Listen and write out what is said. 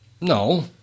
No